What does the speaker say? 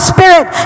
Spirit